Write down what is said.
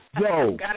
Yo